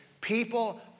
people